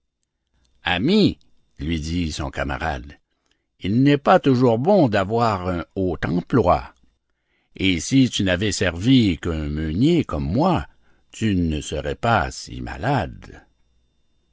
ami lui dit son camarade il n'est pas toujours bon d'avoir un haut emploi si tu n'avais servi qu'un meunier comme moi tu ne serais pas si malade